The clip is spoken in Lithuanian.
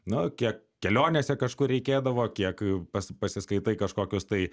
nu kiek kelionėse kažkur reikėdavo kiek pas pasiskaitai kažkokius tai